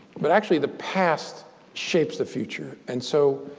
but actually, the past shapes the future. and so,